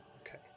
Okay